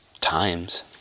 times